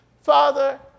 Father